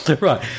Right